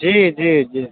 जी जी जी